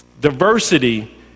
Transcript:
Diversity